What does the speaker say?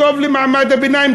טוב למעמד הביניים,